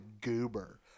goober